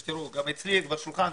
גם אצלי בשולחן,